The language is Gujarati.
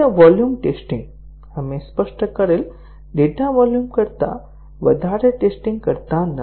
વોલ્યુમ ટેસ્ટીંગ આપણે સ્પષ્ટ કરેલ ડેટા વોલ્યુમ કરતા વધારે ટેસ્ટીંગ કરતા નથી